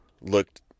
looked